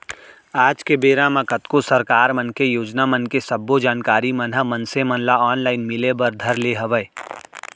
आज के बेरा म कतको सरकार मन के योजना मन के सब्बो जानकारी मन ह मनसे मन ल ऑनलाइन मिले बर धर ले हवय